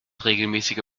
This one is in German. regelmäßige